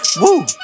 Woo